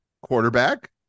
quarterback